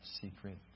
secret